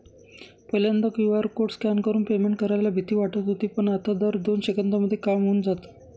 पहिल्यांदा QR code scan करून payment करायला भीती वाटत होती पण, आता तर दोन सेकंदांमध्ये काम होऊन जातं